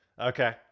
Okay